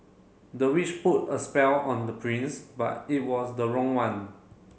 the witch put a spell on the prince but it was the wrong one